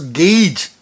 gauge